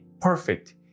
perfect